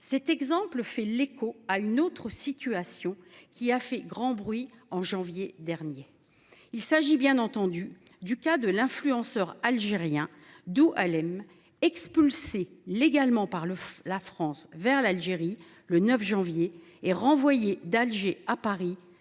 Cet exemple fait écho à une autre situation qui a fait grand bruit en janvier dernier. Il s’agit bien entendu du cas de l’influenceur algérien Doualemn, expulsé légalement par la France vers l’Algérie le 9 janvier et renvoyé d’Alger à Paris